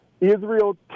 Israel